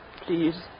please